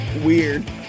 weird